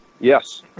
Yes